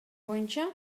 боюнча